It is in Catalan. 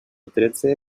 tretze